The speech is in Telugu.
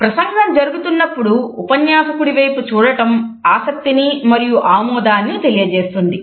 ప్రసంగం జరుగుతున్నప్పుడు ఉపన్యాసకుడివైపు చూడటం ఆసక్తిని మరియు ఆమోదాన్ని తెలియజేస్తుంది